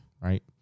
Right